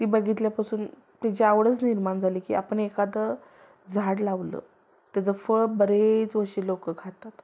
ती बघितल्यापासून त्याची आवडच निर्माण झाली की आपण एखादं झाड लावलं त्याचं फळ बरेच वर्षं लोकं खातात